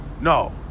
No